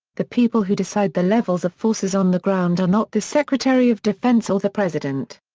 the people who decide the levels of forces on the ground are not the secretary of defense or the president.